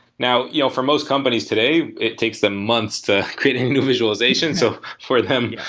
now, you know for most companies today, it takes them months to create a new visualization. so for them,